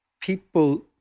people